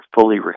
fully